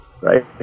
right